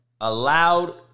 allowed